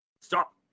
Stop